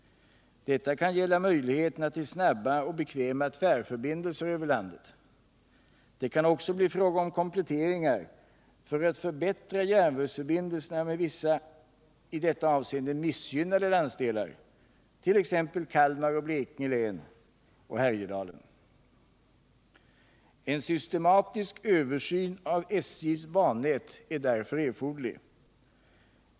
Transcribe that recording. Detta kan gälla möjligheterna till snabba och bekväma tvärförbindelser över landet. Det kan också bli fråga om kompletteringar för att förbättra järnvägsförbindelserna med vissa i detta avseende missgynnade landsdelar, t.ex. Kalmar och Blekinge län samt Härjedalen. En systematisk översyn av SJ:s bannät är därför erforderlig.